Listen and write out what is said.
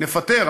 נפטר,